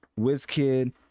WizKid